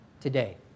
Today